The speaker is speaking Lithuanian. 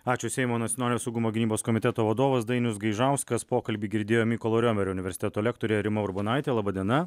ačiū seimo nacionalinio saugumo gynybos komiteto vadovas dainius gaižauskas pokalbį girdėjo mykolo riomerio universiteto lektorė rima urbonaitė laba diena